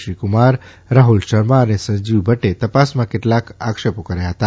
શ્રીકુમાર રાફલ શર્મા અને સંજીવ ભટ્ટે તપાસમાં કેટલાક આક્ષેપો કર્યા હતા